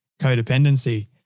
codependency